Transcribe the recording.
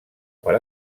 per